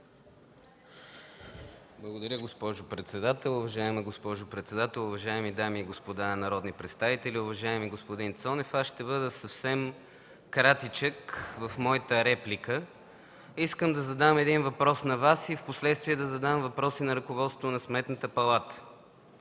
Благодаря, госпожо председател. Уважаема госпожо председател, уважаеми дами и господа народни представители! Уважаеми господин Цонев, ще бъда съвсем кратичък в моята реплика. Искам да задам един въпрос на Вас и впоследствие да задам въпрос и на ръководството на Сметната палата.